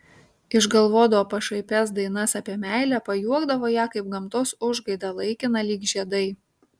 išgalvodavo pašaipias dainas apie meilę pajuokdavo ją kaip gamtos užgaidą laikiną lyg žiedai